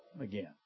again